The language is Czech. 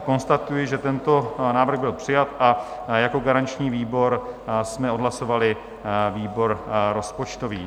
Konstatuji, že tento návrh byl přijat, a jako garanční výbor jsme odhlasovali výbor rozpočtový.